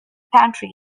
pantry